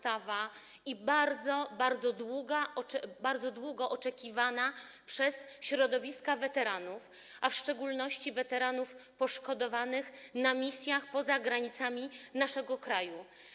Ta ustawa jest bardzo ważna i bardzo długo była oczekiwana przez środowiska weteranów, a w szczególności weteranów poszkodowanych na misjach poza granicami naszego kraju.